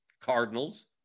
Cardinals